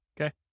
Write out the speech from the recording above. Okay